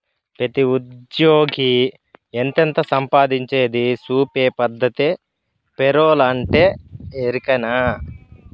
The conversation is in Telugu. పెతీ ఉజ్జ్యోగి ఎంతెంత సంపాయించేది సూపే పద్దతే పేరోలంటే, ఎరికనా